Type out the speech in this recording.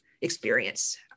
experience